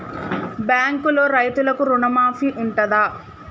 బ్యాంకులో రైతులకు రుణమాఫీ ఉంటదా?